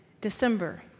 December